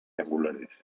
angulares